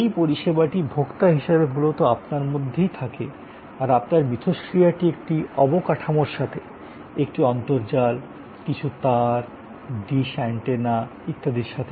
এই পরিষেবাটি ভোক্তা হিসাবে মূলত আপনার মধ্যেই থাকে আর আপনার কার্যকলাপ একটি পরিকাঠামোর সাথে হয়ে থাকে একটি নেটওয়ার্ক কিছু তার ডিশ অ্যান্টেনা ইত্যাদির সাথে